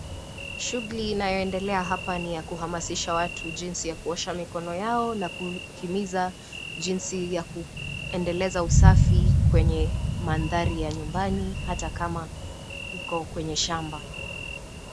Shughuli inayooendelea hapa ni ya kuhamazisha watu jinsi ya kuosha mikono yao na kuhimiza jinsi ya kuendeleza usafi kwenye mandhari ya nyumbani ata kama iko kwenye shamba .